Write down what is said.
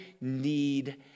need